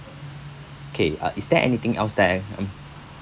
okay uh is there anything else that I mm